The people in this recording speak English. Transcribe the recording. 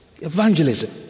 Evangelism